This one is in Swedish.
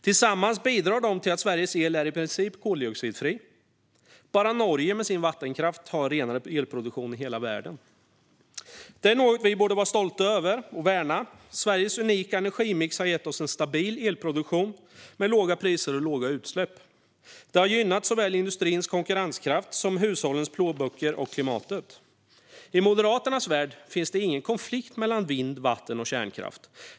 Tillsammans bidrar de till att Sveriges el i princip är koldioxidfri. Bara Norge, med sin vattenkraft, har renare elproduktion i världen. Detta är något som vi borde vara stolta över och värna. Sveriges unika energimix har gett oss en stabil elproduktion med låga priser och låga utsläpp. Det har gynnat såväl industrins konkurrenskraft som hushållens plånböcker och klimatet. I Moderaternas värld finns det ingen konflikt mellan vind, vatten och kärnkraft.